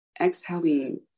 exhaling